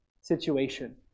situation